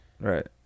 right